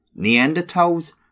Neanderthals